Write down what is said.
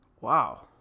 Wow